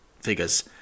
figures